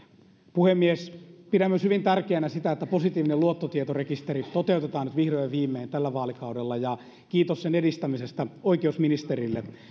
puhemies pidän hyvin tärkeänä myös sitä että positiivinen luottotietorekisteri toteutetaan nyt vihdoin ja viimein tällä vaalikaudella ja kiitos sen edistämisestä oikeusministerille